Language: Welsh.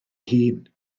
hun